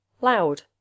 Loud